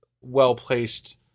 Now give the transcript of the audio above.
well-placed